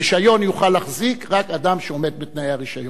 רשיון יוכל להחזיק רק אדם שעומד בתנאי הרשיון.